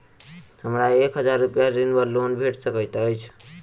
हमरा एक हजार रूपया ऋण वा लोन भेट सकैत अछि?